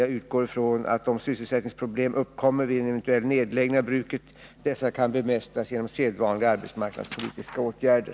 Jag utgår från att om sysselsättningsproblem uppkommer vid en eventuell nedläggning av bruket dessa kan bemästras genom sedvanliga arbetsmarknadspolitiska åtgärder.